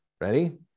Ready